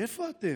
איפה אתם?